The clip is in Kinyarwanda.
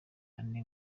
ane